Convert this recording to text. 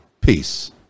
Peace